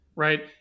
right